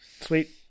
sweet